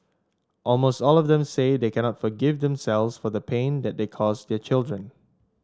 almost all of them say they cannot forgive themselves for the pain that they cause their children